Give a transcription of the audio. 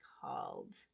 called